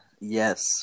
Yes